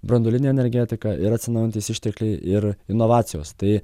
branduolinė energetika ir atsinaujinantys ištekliai ir inovacijos tai